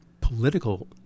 political